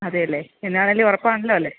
അതെ അല്ലെ എന്നാണെങ്കിലും ഉറപ്പാണല്ലോ അല്ലെ